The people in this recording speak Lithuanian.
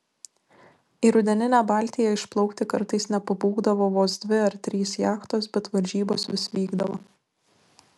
į rudeninę baltiją išplaukti kartais nepabūgdavo vos dvi ar trys jachtos bet varžybos vis vykdavo